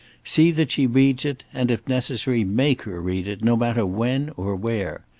see that she reads it and, if necessary, make her read it, no matter when or where.